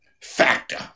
factor